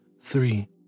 Three